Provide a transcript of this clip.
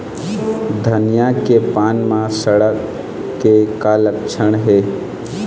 धनिया के पान म सड़न के का लक्षण ये?